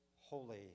holy